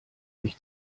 mich